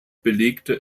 belegte